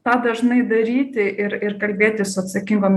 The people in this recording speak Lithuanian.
tą dažnai daryti ir ir kalbėtis su atsakingom